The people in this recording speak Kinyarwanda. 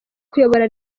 kuyobora